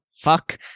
Fuck